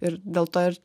ir dėl to ir